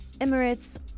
emirates